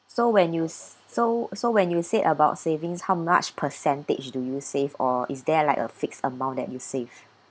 so when you s~ so so when you say about savings how much percentage do you save or is there like a fixed amount that you save